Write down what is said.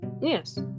yes